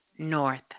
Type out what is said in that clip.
North